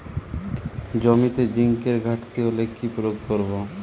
জমিতে জিঙ্কের ঘাটতি হলে কি প্রয়োগ করব?